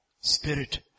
spirit